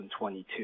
2022